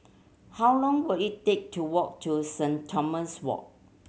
how long will it take to walk to Saint Thomas Walk